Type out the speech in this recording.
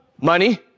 Money